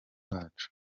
wacu